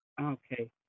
Okay